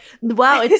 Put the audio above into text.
Wow